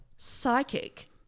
psychic